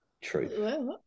true